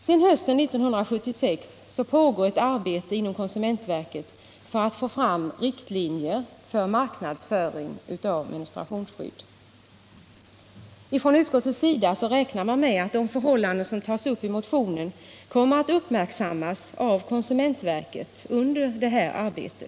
Sedan hösten 1976 pågår ett arbete inom konsumentverket för att få fram riktlinjer för marknadsföring av menstruationsskydd. Utskottet räknar med att de förhållanden som tas upp i motionen kommer att uppmärksammas av konsumentverket i dess arbete.